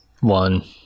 one